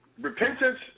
Repentance